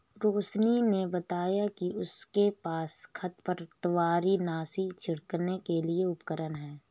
रोशिनी ने बताया कि उसके पास खरपतवारनाशी छिड़कने के लिए उपकरण है